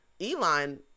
Elon